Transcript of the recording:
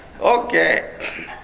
Okay